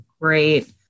great